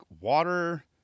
water